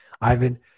Ivan